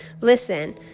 listen